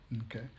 Okay